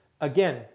Again